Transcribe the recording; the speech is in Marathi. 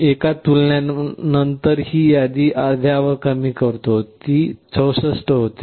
एका तुलनेनंतर मी यादी अर्ध्यावर कमी करते ती 64 होते